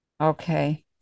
okay